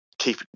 Keep